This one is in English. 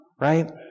right